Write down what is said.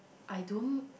I don't